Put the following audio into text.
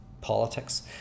politics